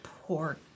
Poor